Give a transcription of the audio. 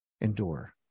endure